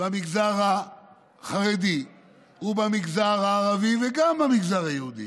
במגזר החרדי ובמגזר הערבי, וגם במגזר היהודי,